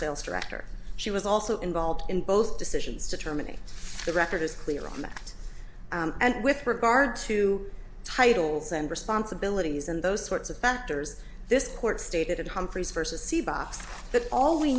sales director she was also involved in both decisions to terminate the record is clear on that and with regard to titles and responsibilities and those sorts of factors this court stated humphreys versus